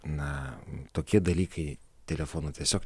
na tokie dalykai telefonu tiesiog